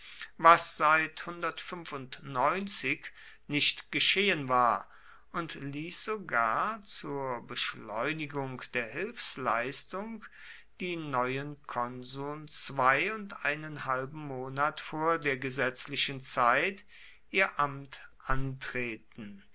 was seit nicht geschehen war und ließ sogar zur beschleunigung der hilfsleistung die neuen konsuln zwei und einen halben monat vor der gesetzlichen zeit ihr amt antreten